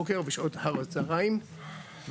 בשעות הבוקר ואחר הצהריים,